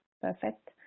perfect